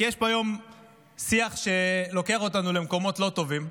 כי יש פה היום שיח שלוקח אותנו למקומות לא טובים,